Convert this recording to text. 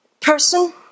person